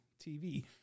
TV